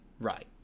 right